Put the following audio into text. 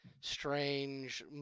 strange